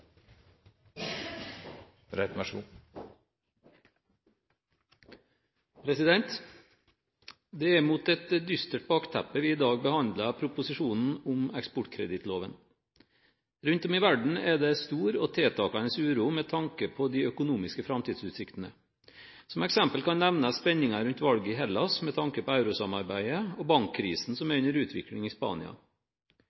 mot et dystert bakteppe vi i dag behandler proposisjonen om eksportkredittloven. Rundt om i verden er det stor og tiltakende uro med tanke på de økonomiske framtidsutsiktene. Som eksempel kan nevnes spenningen rundt valget i Hellas med tanke på eurosamarbeidet og bankkrisen som er